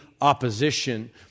opposition